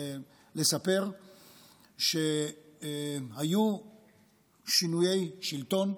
לספר שהיו שינויי שלטון.